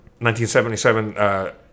1977